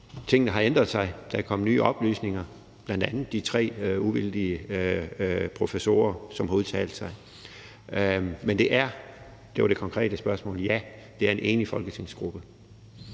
tingene har ændret sig. Der er kommet nye oplysninger, bl.a. de tre uvildige professorer, som har udtalt sig. Men til det konkrete spørgsmål vil jeg svare: Ja, det er en enig folketingsgruppe.